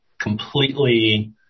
completely